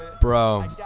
Bro